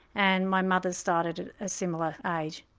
and my mother started at a similar age.